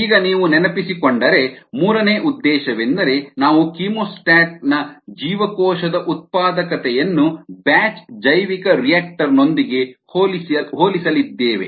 ಈಗ ನೀವು ನೆನಪಿಸಿಕೊಂಡರೆ ಮೂರನೇ ಉದ್ದೇಶವೆಂದರೆ ನಾವು ಕೀಮೋಸ್ಟಾಟ್ನ ಜೀವಕೋಶದ ಉತ್ಪಾದಕತೆಯನ್ನು ಬ್ಯಾಚ್ ಜೈವಿಕರಿಯಾಕ್ಟರ್ನೊಂದಿಗೆ ಹೋಲಿಸಲಿದ್ದೇವೆ